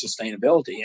sustainability